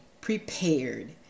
prepared